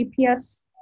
GPS